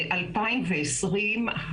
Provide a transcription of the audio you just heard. שנת 2020,